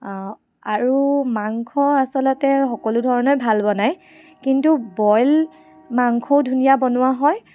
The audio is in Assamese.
আৰু মাংস আচলতে সকলো ধৰণে ভাল বনায় কিন্তু বইল মাংসও ধুনীয়া বনোৱা হয়